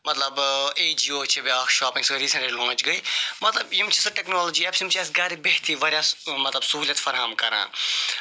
مَطلَب اے جیو چھِ بیٛاکھ شاپِنٛگ یوٚس ریٖسیٚنٹلی لانٛچ گے مَطلَب یِم چھِ سۄ ٹیٚکنالجی اکھ یِم چھِ اَسہِ گَرِ بِہتھے واریاہ مَطلَب سُہولیت فراہم کَران